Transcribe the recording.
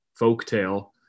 folktale